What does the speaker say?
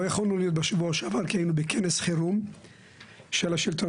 לא יכולנו להיות בשבוע שעבר כי היינו בכנס חירום של השלטון